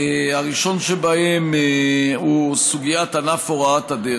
הראשון שבהם הוא סוגיית ענף הוראת הדרך,